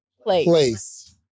place